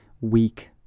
weak